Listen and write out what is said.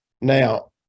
now